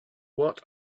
what